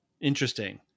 interesting